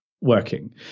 working